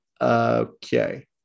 Okay